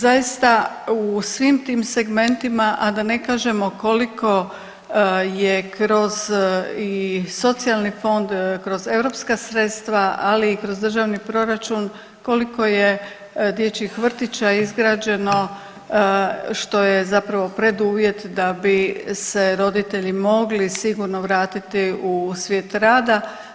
Zaista u svim tim segmentima, a da ne kažemo koliko je kroz i socijalni fond, kroz europska sredstva, ali i kroz državni proračun koliko je dječjih vrtića izgrađeno što je zapravo preduvjet da bi se roditelji mogli sigurno vratiti u svijet rada.